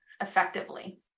effectively